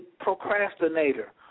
Procrastinator